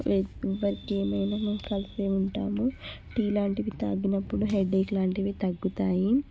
బజ్జీలైన మేము కలిపే ఉంటాము టీ లాంటివి తాగినప్పుడు హెడేక్ లాంటివి తగ్గుతాయి